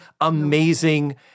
amazing